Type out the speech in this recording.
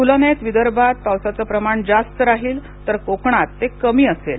तुलनेत विदर्भात पावसाचं प्रमाण जास्त राहील तर कोकणात ते कमी असेल